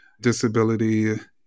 disability